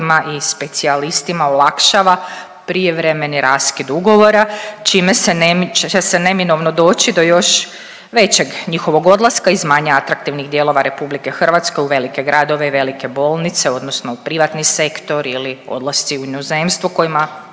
i specijalistima olakšava prijevremeni raskid ugovora, čime će se neminovno doći do još većeg njihovog odlaska iz manje atraktivnih dijelova RH u velike gradove i velike bolnice odnosno u privatni sektor ili odlasci u inozemstvo kojima